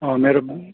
अँ मेरोमा